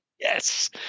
Yes